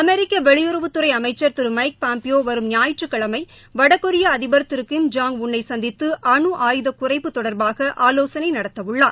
அமெிக்க வெளியுறவுத்துறை அமைச்ச் திரு மைக் பாய்பியோ வரும் ஞாயிற்றுக்கிழமை வடகொரியா அதிபர் திரு கிங் ஜான் உள் ஐ சந்தித்து அனு ஆயுத குறைப்பு தொடர்பாக ஆலோசனை நடத்தவுள்ளார்